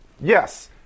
yes